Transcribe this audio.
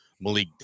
Malik